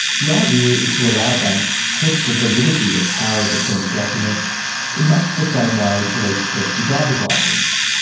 the idea idea is to allow banks to check the validity of power of attorney documents in much the same way police check your driver's license.